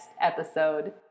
episode